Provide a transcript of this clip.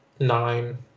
nine